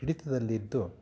ಹಿಡಿತದಲ್ಲಿದ್ದು